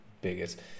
Biggest